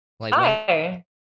Hi